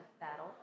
battle